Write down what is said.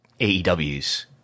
AEW's